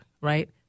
right